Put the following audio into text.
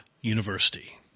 University